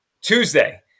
Tuesday